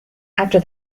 after